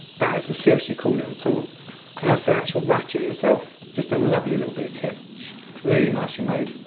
that is a seriously cool little tool. and has for the actual ratchet its self. just a lovely little kit. really nicely made.